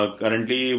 currently